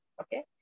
Okay